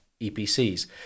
epcs